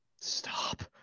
Stop